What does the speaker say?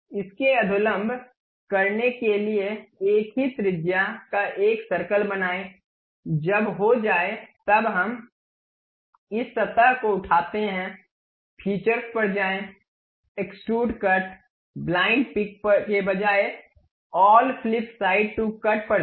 इसके अधोलंब करने के लिए एक ही त्रिज्या का एक सर्कल बनाएं जब हो जाए तब हम इस सतह को उठाते हैं फीचर्स पर जाए एक्सट्रुड कट ब्लाइंड पिक के बजाय all flip side to cut पर जाए